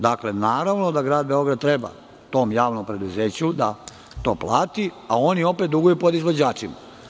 Dakle, naravno da grad Beograd treba tom javnom preduzeću da to plati, a oni opet duguju podizvođačima.